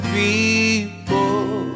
people